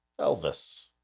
elvis